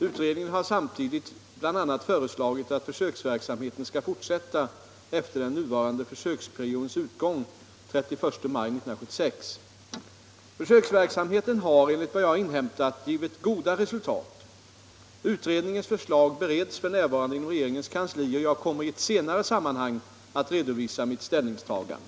Utredningen har samtidigt bl.a. föreslagit att försöksverksamheten skall fortsätta efter den nuvarande försöksperiodens utgång den 31 maj 1976. Försöksverksamheten har, enligt vad jag har inhämtat, givit goda resultat. Sysselsättningsutredningens förslag bereds f. n. inom regeringens kansli, och jag kommer i ett senare sammanhang att redovisa mitt ställningstagande.